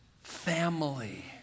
family